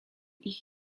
ich